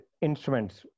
instruments